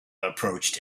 approached